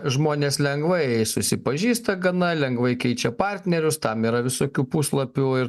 žmonės lengvai susipažįsta gana lengvai keičia partnerius tam yra visokių puslapių ir